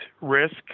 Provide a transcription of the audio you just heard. risk